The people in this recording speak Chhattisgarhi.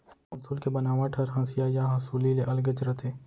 पौंसुल के बनावट हर हँसिया या हँसूली ले अलगेच रथे